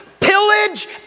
pillage